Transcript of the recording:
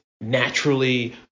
naturally